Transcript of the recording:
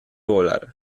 volar